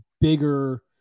bigger